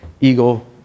Eagle